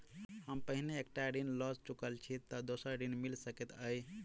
हम पहिने एक टा ऋण लअ चुकल छी तऽ दोसर ऋण मिल सकैत अई?